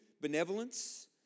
benevolence